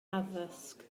addysg